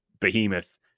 behemoth